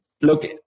look